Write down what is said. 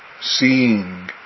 Seeing